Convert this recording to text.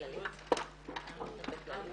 ננעלה בשעה 10:41.